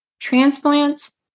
transplants